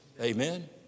Amen